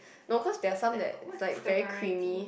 local there are some that are like very creamy